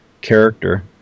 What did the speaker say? character